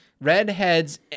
Redheads